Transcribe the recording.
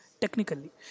technically